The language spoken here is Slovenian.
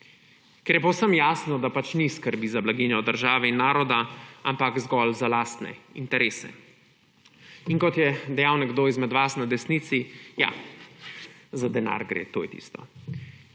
ker je povsem jasno, da pač ni skrbi za blaginjo države in naroda, ampak zgolj za lastne interese. In kot je dejal nekdo izmed vas na desnici, za denar gre, to je tisto.